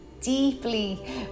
deeply